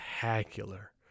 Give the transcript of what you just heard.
spectacular